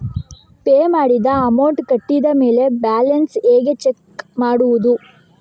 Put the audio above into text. Pay ಮಾಡಿದ amount ಕಟ್ಟಿದ ಮೇಲೆ ಬ್ಯಾಲೆನ್ಸ್ ಹೇಗೆ ಚೆಕ್ ಮಾಡುವುದು?